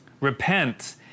Repent